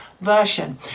version